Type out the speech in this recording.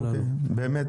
באמת,